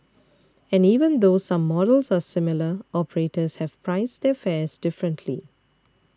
and even though some models are similar operators have priced their fares differently